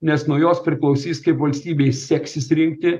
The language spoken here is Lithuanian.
nes nuo jos priklausys kaip valstybei seksis rinkti